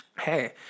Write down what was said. Hey